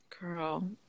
Girl